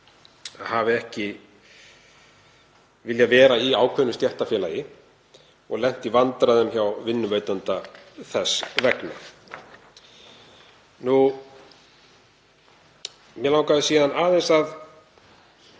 hafa ekki viljað vera í ákveðnu stéttarfélagi og lent í vandræðum hjá vinnuveitanda þess vegna. Mig langaði síðan aðeins að